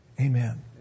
Amen